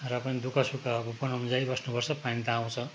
र पनि दुःखसुख अब बनाउन जाई बस्नुपर्छ पानी त आउँछ